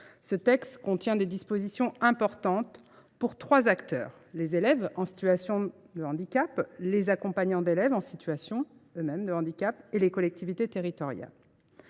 texte contient des dispositions importantes pour trois acteurs : les élèves en situation de handicap, les accompagnants d’élèves en situation de handicap et les collectivités territoriales.